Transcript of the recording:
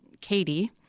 Katie